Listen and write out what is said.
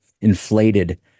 inflated